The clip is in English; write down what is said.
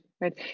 right